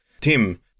Tim